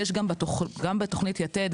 גם בתוכנית יתד,